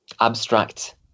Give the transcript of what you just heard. abstract